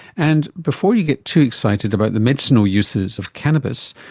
and before you get too excited about the medicinal uses of cannabis,